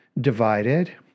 divided